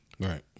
Right